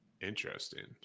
Interesting